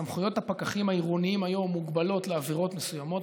סמכויות הפקחים העירוניים היום מוגבלות לעבירות מסוימות,